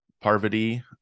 Parvati